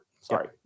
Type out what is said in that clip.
Sorry